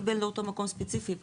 קיבל לאותו מקום ספציפי,